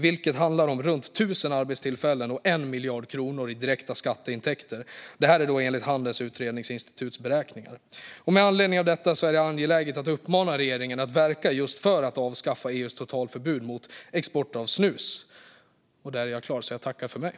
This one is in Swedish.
Det handlar om runt tusen arbetstillfällen och 1 miljard kronor i direkta skatteintäkter, enligt Handelns utredningsinstituts beräkningar. Med anledning av detta är det angeläget att uppmana regeringen att verka för att avskaffa EU:s totalförbud mot export av snus.